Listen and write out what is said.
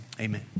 amen